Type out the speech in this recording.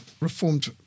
reformed